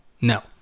No